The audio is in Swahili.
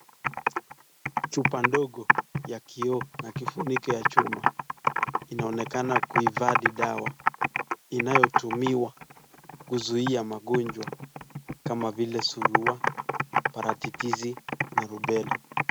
Chupa ndogo ya kioo na kifuniko ya chuma, inaonekana kuifadhi dawa inayotumiwa kuzuia magonjwa kama vile surua, paratitizi na lubera.